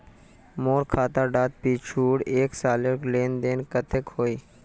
मोर खाता डात पिछुर एक सालेर लेन देन कतेक होइए?